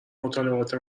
مطالبات